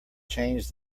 changed